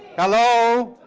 hello.